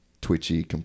twitchy